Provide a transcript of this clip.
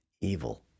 evil